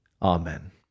Amen